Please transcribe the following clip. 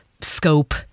scope